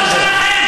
על מה?